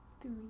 three